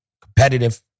Competitive